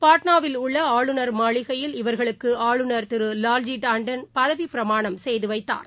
பாட்னாவில் உள்ளஆளுநர் மாளிகையில் இவர்களுக்குஆளுநர் திருவால்ஜி டாண்டன் பதவிப் பிரம்மாணம் செய்துவைத்தார்